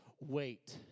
wait